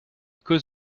cause